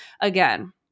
again